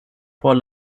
por